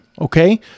okay